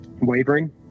wavering